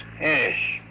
Yes